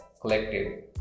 collective